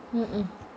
mm mm